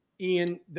Ian